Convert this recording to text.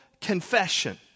confession